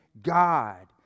God